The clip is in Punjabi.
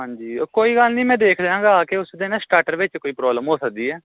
ਹਾਂਜੀ ਉਹ ਕੋਈ ਗੱਲ ਨਹੀਂ ਮੈਂ ਦੇਖ ਜਾਵਾਂਗਾ ਆ ਕੇ ਉਸ ਦੇ ਨਾ ਸਟਾਟਰ ਵਿੱਚ ਕੋਈ ਪ੍ਰੋਬਲਮ ਹੋ ਸਕਦੀ ਹੈ